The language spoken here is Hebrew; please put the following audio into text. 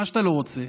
מה שאתה לא רוצה,